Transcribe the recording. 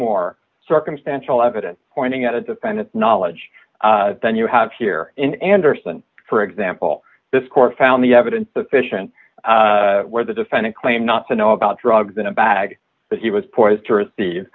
more circumstantial evidence pointing at a defendant's knowledge then you have here in anderson for example this court found the evidence sufficient where the defendant claims not to know about drugs in a bag that he was poised to receive